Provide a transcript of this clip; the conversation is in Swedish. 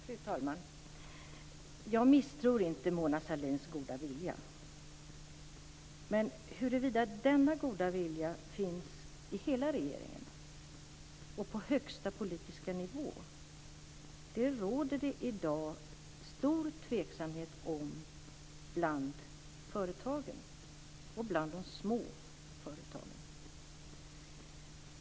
Fru talman! Jag betvivlar inte Mona Sahlins goda vilja. Men huruvida denna goda vilja finns i hela regeringen och på högsta politiska nivå råder det i dag stor tveksamhet om bland företagen, och bland de små företagen.